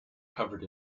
covered